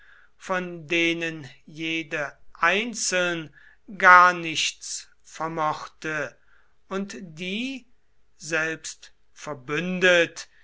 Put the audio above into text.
von denen jede einzeln gar nichts vermochte und die selbst verbündet